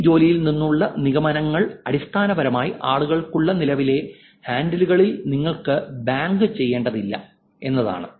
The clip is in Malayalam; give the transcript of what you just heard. ഈ ജോലിയിൽ നിന്നുള്ള നിഗമനങ്ങൾ അടിസ്ഥാനപരമായി ആളുകൾക്കുള്ള നിലവിലെ ഹാൻഡിലുകളിൽ നിങ്ങൾ ബാങ്ക് ചെയ്യേണ്ടതില്ല എന്നതാണ്